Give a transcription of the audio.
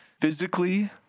physically